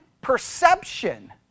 perception